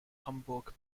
hamburg